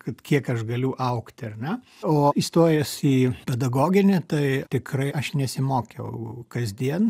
kad kiek aš galiu augti ar ne o įstojęs į pedagoginį tai tikrai aš nesimokiau kasdien